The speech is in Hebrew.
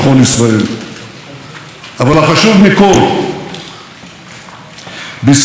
ביססנו עוד יותר את הברית האיתנה עם ידידתנו הגדולה ארצות הברית.